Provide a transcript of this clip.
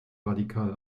radikal